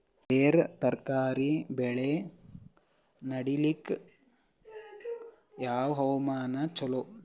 ಬೇರ ತರಕಾರಿ ಬೆಳೆ ನಡಿಲಿಕ ಯಾವ ಹವಾಮಾನ ಚಲೋ?